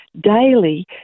daily